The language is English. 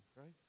right